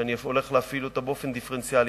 שאני הולך להפעיל באופן דיפרנציאלי,